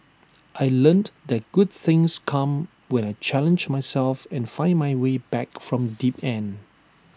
I learnt that good things come when I challenge myself and find my way back from deep end